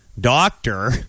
doctor